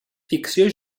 ficció